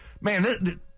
man